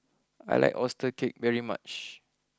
I like Oyster Cake very much